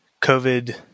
COVID